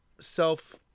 self